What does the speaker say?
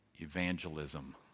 evangelism